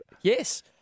Yes